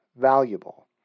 valuable